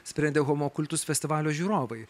sprendė humo kultus festivalio žiūrovai